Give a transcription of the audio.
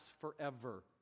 forever